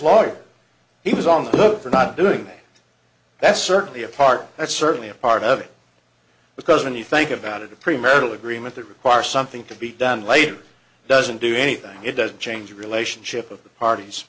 lawyer he was on the hook for not doing it that's certainly a part that's certainly a part of it because when you think about it a premarital agreement that require something to be done later doesn't do anything it doesn't change a relationship of the parties